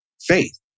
faith